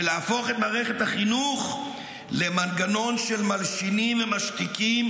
ולהפוך את מערכת החינוך למנגנון של מלשנים ומשתיקים,